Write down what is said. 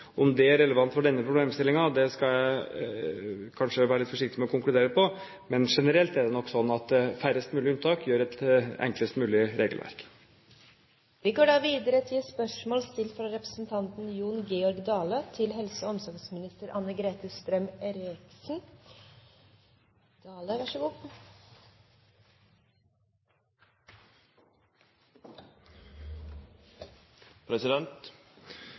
Om det er relevant for denne problemstillingen, skal jeg kanskje være litt forsiktig med å konkludere på, men generelt er det nok sånn at færrest mulig unntak gir et enklest mulig regelverk. Dette spørsmålet er utsatt til neste spørretime. «Helse Midt-Norge har etter pålegg frå statsråden vedteke å samle dei to helseføretaka i Møre og